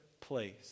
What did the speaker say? place